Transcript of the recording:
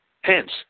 Hence